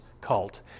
cult